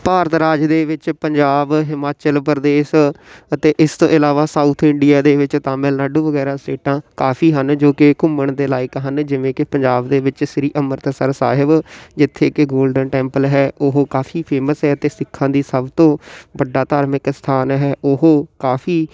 ਭਾਰਤ ਰਾਜ ਦੇ ਵਿੱਚ ਪੰਜਾਬ ਹਿਮਾਚਲ ਪ੍ਰਦੇਸ਼ ਅਤੇ ਇਸ ਤੋਂ ਇਲਾਵਾ ਸਾਊਥ ਇੰਡੀਆ ਦੇ ਵਿੱਚ ਤਮਿਲਨਾਡੂ ਵਗੈਰਾ ਸਟੇਟਾਂ ਕਾਫੀ ਹਨ ਜੋ ਕਿ ਘੁੰਮਣ ਦੇ ਲਾਇਕ ਹਨ ਜਿਵੇਂ ਕਿ ਪੰਜਾਬ ਦੇ ਵਿੱਚ ਸ਼੍ਰੀ ਅੰਮ੍ਰਿਤਸਰ ਸਾਹਿਬ ਜਿੱਥੇ ਕਿ ਗੋਲਡਨ ਟੈਂਪਲ ਹੈ ਉਹ ਕਾਫੀ ਫੇਮਸ ਹੈ ਅਤੇ ਸਿੱਖਾਂ ਦੀ ਸਭ ਤੋਂ ਵੱਡਾ ਧਾਰਮਿਕ ਅਸਥਾਨ ਹੈ ਉਹ ਕਾਫੀ